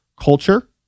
culture